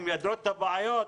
הם ידעו מה הבעיות?